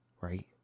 right